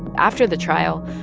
after the trial,